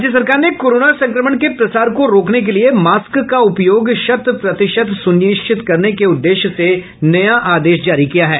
राज्य सरकार ने कोरोना संक्रमण के प्रसार को रोकने के लिए मास्क का उपयोग शत प्रतिशत सुनिश्चित करने के उद्देश्य से नया आदेश जारी किया है